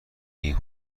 این